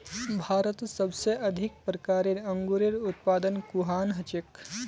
भारतत सबसे अधिक प्रकारेर अंगूरेर उत्पादन कुहान हछेक